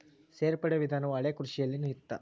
ಸೇರ್ಪಡೆ ವಿಧಾನವು ಹಳೆಕೃಷಿಯಲ್ಲಿನು ಇತ್ತ